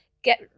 get